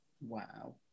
wow